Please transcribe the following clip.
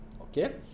okay